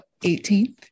18th